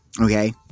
Okay